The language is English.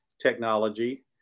technology